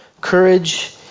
courage